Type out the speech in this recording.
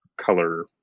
color